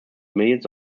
millions